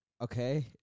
Okay